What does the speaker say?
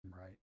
Right